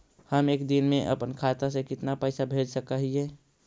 हम एक दिन में अपन खाता से कितना पैसा भेज सक हिय?